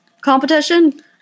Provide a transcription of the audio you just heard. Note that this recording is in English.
competition